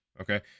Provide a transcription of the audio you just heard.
okay